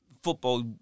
football